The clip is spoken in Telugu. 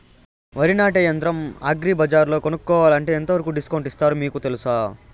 వరి నాటే యంత్రం అగ్రి బజార్లో కొనుక్కోవాలంటే ఎంతవరకు డిస్కౌంట్ ఇస్తారు మీకు తెలుసా?